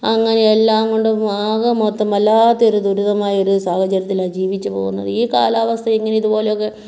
അങ്ങനെ എല്ലാം കൊണ്ടും ആകെ മൊത്തം വല്ലാത്ത ഒരു ദുരിതമായ ഒരു സാഹചര്യത്തിലാണ് ജീവിച്ച് പോകുന്നത് ഈ കാലാവസ്ഥ ഇങ്ങനെ ഇതുപോലെയൊക്കെ